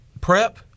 prep